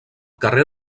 carrer